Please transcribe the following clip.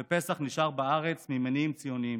ופסח נשאר בארץ ממניעים ציוניים.